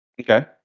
Okay